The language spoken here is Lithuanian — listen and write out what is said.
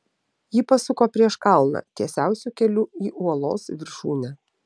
ji pasuko prieš kalną tiesiausiu keliu į uolos viršūnę